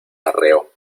arreo